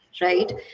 right